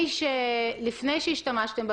דבר שני שאת אומרת,